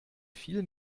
viel